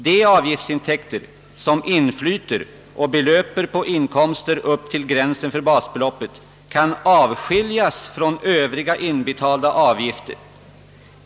De avgiftsintäkter, som inflyter och: belöper på inkomster upp till gränsen för bas beloppet, kan avskiljas från övriga inbetalda avgifter.